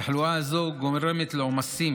תחלואה זו גורמת לעומסים